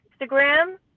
Instagram